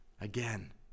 again